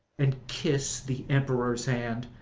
and kiss the emperor's hand,